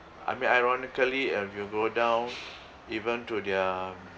I mean ironically if you go down even to their